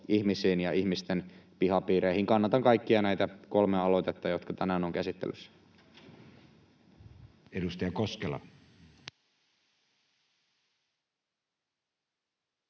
ihmisiä ja ihmisten pihapiirejä kohtaan. Kannatan kaikkia näitä kolmea aloitetta, jotka tänään ovat käsittelyssä. [Speech